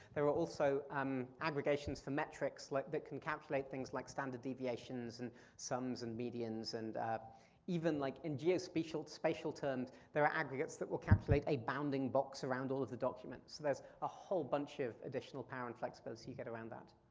there are also um aggregations for metrics like that can calculate things like standard deviations and sums and medians and even like, in geospatial terms, there are aggregates that will calculate a bounding box around all of the documents, there's a whole bunch of additional power and flexibility you get around that.